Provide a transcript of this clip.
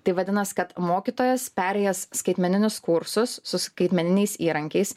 tai vadinasi kad mokytojas perėjęs skaitmeninius kursus su skaitmeniniais įrankiais